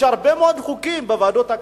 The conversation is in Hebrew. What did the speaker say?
יש הרבה מאוד חוקים בוועדות הכנסת.